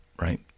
right